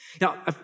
Now